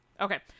Okay